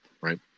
right